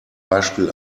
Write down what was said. beispiel